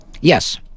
Yes